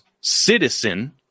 citizen –